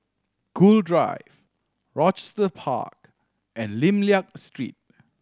Gul Drive Rochester Park and Lim Liak Street